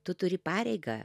tu turi pareigą